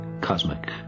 cosmic